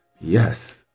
Yes